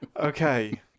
Okay